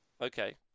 Okay